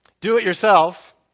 Do-it-yourself